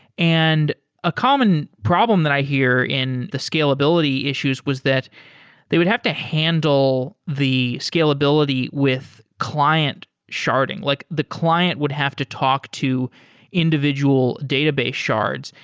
and a common problem that i hear in the scalability issues was that they would have to handle the scalability with client sharding. like the client would have to talk to individual database shards.